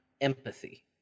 empathy